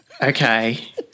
Okay